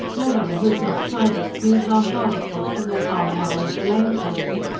no one who had not tried it, knew how hard it was to walk arm-in-arm with a lame person,